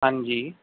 ਹਾਂਜੀ